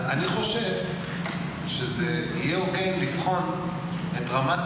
אז אני חושב שזה יהיה הוגן לבחון את רמת